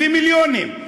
הביא מיליונים,